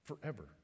Forever